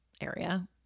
area